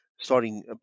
starting